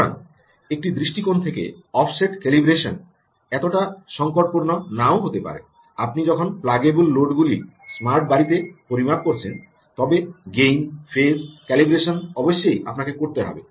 সুতরাং একটি দৃষ্টিকোণ থেকে অফসেট ক্যালিব্রেশন এতটা সংকটপূর্ণ নাও হতে পারে আপনি যখন প্লাগেবল লোডগুলি স্মার্ট বাড়িতে পরিমাপ করছেন তবে গেইন ফেজ ক্যালিব্রেশন অবশ্যই আপনার করতে হবে